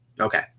Okay